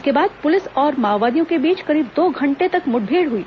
इसके बाद पुलिस और माओवादियों के बीच करीब दो घंटे तक मुठभेड़ हुई